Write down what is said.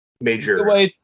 Major